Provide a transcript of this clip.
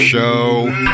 Show